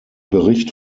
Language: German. bericht